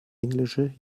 englische